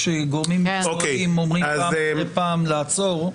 כשגורמים מקצועיים אומרים פעם אחרי פעם לעצור.